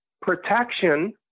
protection